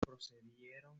procedieron